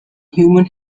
human